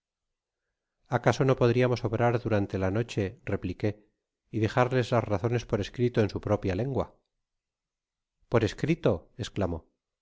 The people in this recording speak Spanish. acaso no podríamos obrar durante la noche repliqué y dejarles las razones por escrito en su propia lengua por escrito esclamó